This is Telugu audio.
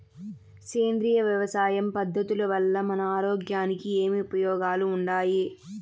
సేంద్రియ వ్యవసాయం పద్ధతుల వల్ల మన ఆరోగ్యానికి ఏమి ఉపయోగాలు వుండాయి?